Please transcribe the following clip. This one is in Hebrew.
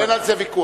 אין על זה ויכוח.